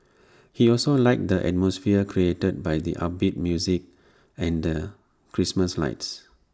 he also liked the atmosphere created by the upbeat music and the Christmas lights